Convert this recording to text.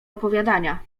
opowiadania